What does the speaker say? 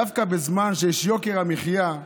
דווקא בזמן שיש יוקר מחיה,